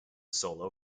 solo